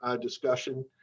discussion